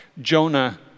Jonah